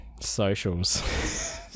socials